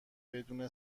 بدون